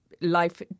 life